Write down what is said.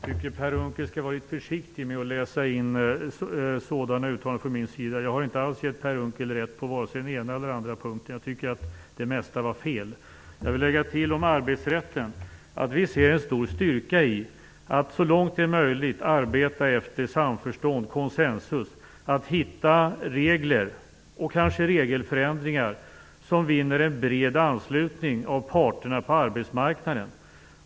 Fru talman! Per Unckel skall vara litet försiktig med att läsa in sådana uttalanden från min sida. Jag har inte alls gett Per Unckel rätt vare sig på den ena eller på den andra punkten. Det mesta av det han sade var fel. Beträffande arbetsrätten vill jag lägga till att vi ser en stor styrka i att så långt som det är möjligt arbeta utifrån samförstånd, konsensus. Vidare gäller det att hitta regler och kanske också regelförändringar som vinner en bred anslutning hos parterna på arbetsmarknaden.